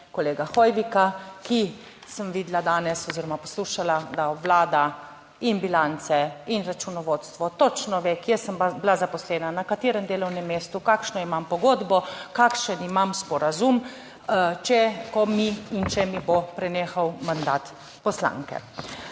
kolega Hoivika, ki, sem videla danes oziroma poslušala, da obvlada in bilance in računovodstvo, točno ve, kje sem bila zaposlena, na katerem delovnem mestu, kakšno imam pogodbo, kakšen imam sporazum, ko mi in če mi bo prenehal mandat poslanke.